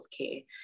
healthcare